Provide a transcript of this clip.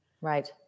Right